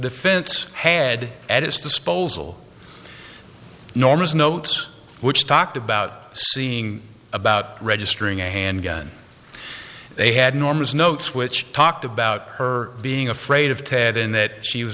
defense had at his disposal norma's notes which talked about seeing about registering a handgun they had enormous notes which talked about her being afraid of ted and that she was